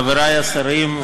חברי השרים,